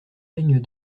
peignes